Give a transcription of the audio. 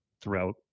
throughout